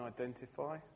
identify